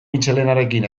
mitxelenarekin